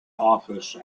office